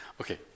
Okay